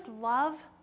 love